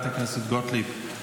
חברת הכנסת גוטליב,